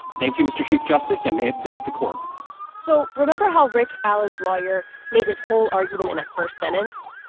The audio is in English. thank you, mr. chief justice, and may it please the court so remember how rick allen's lawyer made his whole argument in a first sentence?